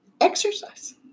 exercise